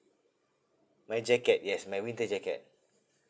my jacket yes my winter jacket